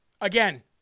again